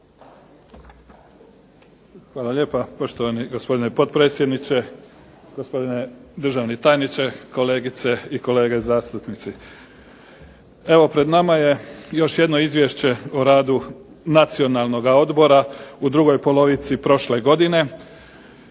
Hvala lijepa poštovani gospodine potpredsjedniče, gospodine državni tajniče, kolegice i kolege zastupnici. Evo pred nama je još jedno Izvješće o radu Nacionalnoga odbora u drugoj polovici prošle godine,